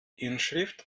inschrift